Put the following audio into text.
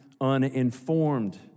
uninformed